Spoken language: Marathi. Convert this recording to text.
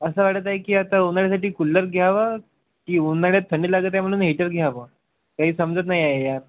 असं वाटत आहे की आता उन्हाळ्यासाठी कूल्लर घ्यावा की उन्हाळ्यात थंडी लागत आहे म्हणून हीटर घ्यावं काही समजत नाही आहे यार